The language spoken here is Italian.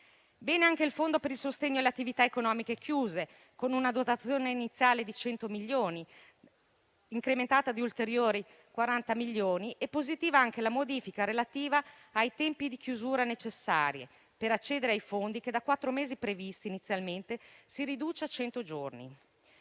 è anche il fondo per il sostegno alle attività economiche chiuse, con una dotazione iniziale di 100 milioni, incrementata di ulteriori 40 milioni; positiva è anche la modifica relativa ai tempi di chiusura necessari per accedere ai fondi che, dai quattro mesi previsti inizialmente, si riduce a 100 giorni.